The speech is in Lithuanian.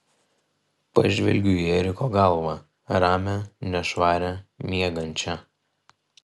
pažvelgiu į eriko galvą ramią nešvarią miegančią